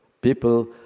people